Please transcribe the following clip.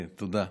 תודה.